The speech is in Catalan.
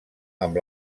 amb